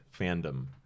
fandom